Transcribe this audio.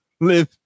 live